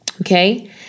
okay